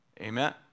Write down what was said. Amen